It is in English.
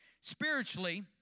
Spiritually